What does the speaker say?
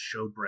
Showbread